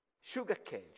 Sugarcane